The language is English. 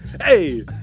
Hey